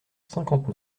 cinquante